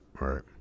Right